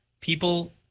people